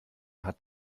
hat